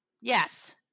Yes